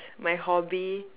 my hobby